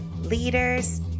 leaders